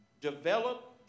Develop